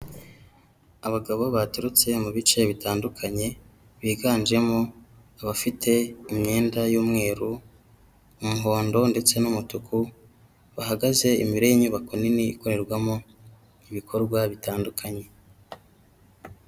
Abagabo baturutse mu bice bitandukanye, biganjemo abafite imyenda y'umweru, umuhondo ndetse n'umutuku, bahagaze imbere y'inyubako nini ikorerwamo ibikorwa bitandukanye.